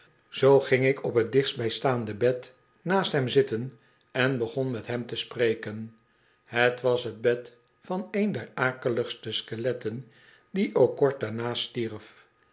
zoo ging ik op t dichtstbij staande bed naast hem zitten en begon met hem te spreken het was t bed van een der akeligste skeletten die ook kort daarna stierf